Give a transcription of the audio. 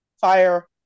fire